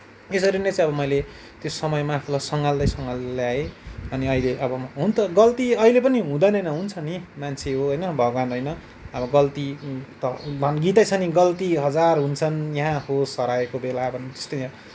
यसरी नै चाहिँ अब मैले त्यो समयमा आफूलाई सम्हाल्दै सम्हाल्दै ल्याएँ अनि अहिले अब म हुन त गल्ती अहिले पनि हुँदैन होइन हुन्छ नि मान्छे हो होइन भगवान होइन अब गल्ती त गीतै छ नि गल्ती हजार हुन्छन् यहाँ होस हराएको बेला भने जस्तै